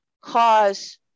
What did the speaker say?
cause